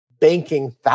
banking